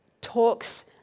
talks